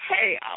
hey